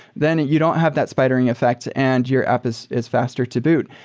then it you don't have that spidering effects and your app is is faster to boot.